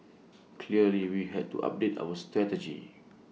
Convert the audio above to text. clearly we had to update our strategy